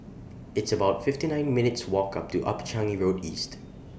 It's about fifty nine minutes Walk up to Upper Changi Road East